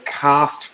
cast